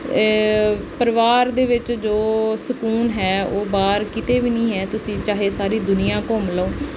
ਪਰਿਵਾਰ ਦੇ ਵਿੱਚ ਜੋ ਸਕੂਨ ਹੈ ਉਹ ਬਾਹਰ ਕਿਤੇ ਵੀ ਨਹੀਂ ਹੈ ਤੁਸੀਂ ਚਾਹੇ ਸਾਰੀ ਦੁਨੀਆ ਘੁੰਮ ਲਓ